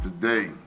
today